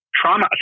trauma